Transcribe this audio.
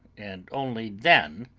and only then,